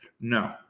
No